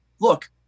look